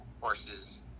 horses